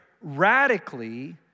radically